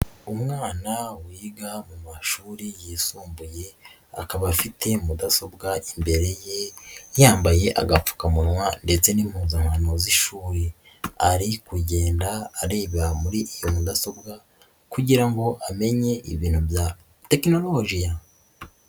Umwana wiga mu mashuri yisumbuye akaba afite mudasobwa imbere ye, yambaye agapfukamunwa ndetse n'impuzankano z'ishuri, ari kugenda areba muri iyo mudasobwa kugira ngo amenye ibintu bya tekinolojiya.